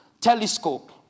Telescope